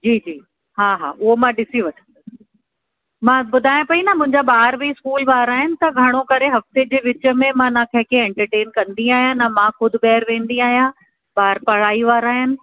जी जी हा हा उहो मां ॾिसी वठंदमि मां ॿुधायां पई न मुंहिंजा ॿार बि स्कूल वारा आहिनि त घणो करे हफ़्ते जे विच में मां न कंहिंखे एंटरटेंन कंदी आहियां न मां ख़ुदि ॿाहिरि वेंदी आहियां ॿार पढ़ाई वारा आहिनि